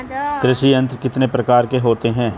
कृषि यंत्र कितने प्रकार के होते हैं?